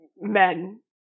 men